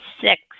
six